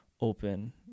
open